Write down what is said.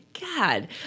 God